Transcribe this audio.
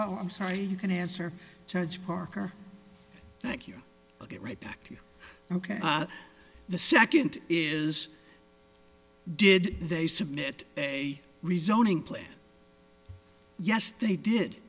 you i'm sorry you can answer judge parker thank you i'll get right back to you ok the second is did they submit a rezoning plan yes they did